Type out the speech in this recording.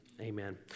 Amen